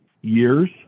years